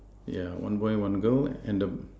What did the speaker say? yeah one boy one girl and the